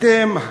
אתם,